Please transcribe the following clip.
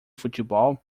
futebol